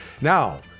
Now